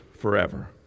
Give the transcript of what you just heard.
forever